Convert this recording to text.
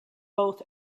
both